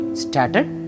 started